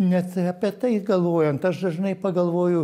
net apie tai galvojant aš dažnai pagalvoju